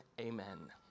Amen